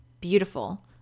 beautiful